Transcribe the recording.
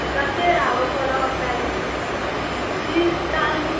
कतेक आब ओकर होबऽ चाही बीस चालिस